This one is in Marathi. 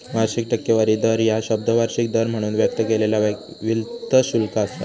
वार्षिक टक्केवारी दर ह्या शब्द वार्षिक दर म्हणून व्यक्त केलेला वित्त शुल्क असा